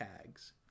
tags